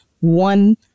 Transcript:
one